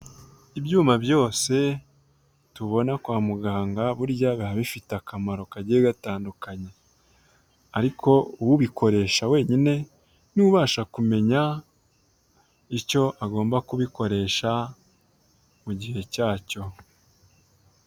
Ibyuma byose tubona kwa muganga, burya biba bifite akamaro kagiye gatandukanye. Ariko ubikoresha wenyine, niwe ubasha kumenya icyo agomba kubikoresha mu gihe cyacyo.